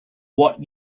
what